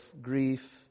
grief